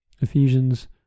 Ephesians